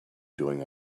doing